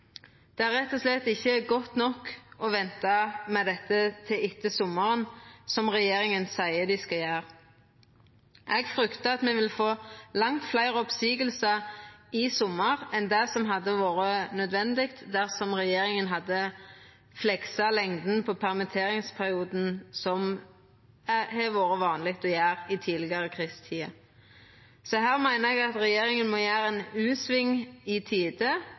Det er rett og slett ikkje godt nok å venta med dette til etter sommaren, som regjeringa seier dei skal gjera. Eg fryktar at me vil få langt fleire oppseiingar i sommar enn det som hadde vore nødvendig dersom regjeringa hadde fleksa lengda på permitteringsperioden, som har vore vanleg å gjera i tidlegare krisetider. Her meiner eg at regjeringa må gjera ein u-sving i